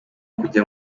kujya